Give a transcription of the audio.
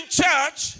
church